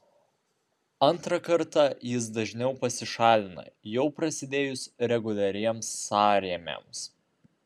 antrą kartą jis dažniau pasišalina jau prasidėjus reguliariems sąrėmiams